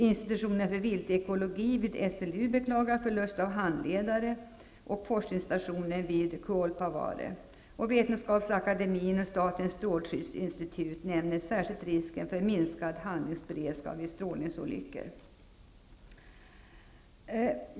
Institutionen för viltekologi vid SLU beklagar förlust av handledare och forskningsstationen vid Kuolpavare. Vetenskapsakademien och statens strålskyddsinstitut nämner särskilt risken för minskad handlingsberedskap vid strålningsolyckor.